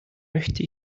möchte